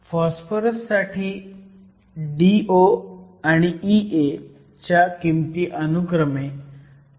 phosphorus साठी Do आणि Ea च्या किमती अनुक्रमे 3